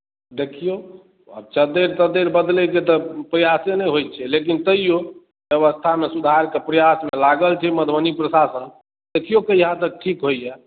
देखियौ आब चद्दरि तद्दरि बदलयके तऽ प्रयासे नहि होइत छै लेकिन तैयो व्यवस्थामे सुधारके प्रयासमे लागल छै मधुबनी प्रशासन देखियौ कहिया तक ठीक होइए